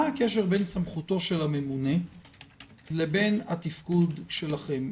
מה הקשר בין סמכותו של הממונה לבין התפקוד שלכם?